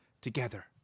together